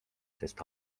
sest